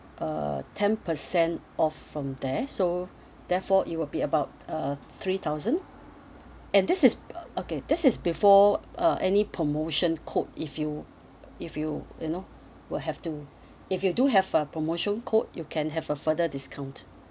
uh ten per cent off from there so therefore it will be about uh three thousand and this is uh okay this is before uh any promotion code if you if you you know will have to if you do have a promotion code you can have a further discount